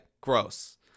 gross